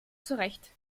zurecht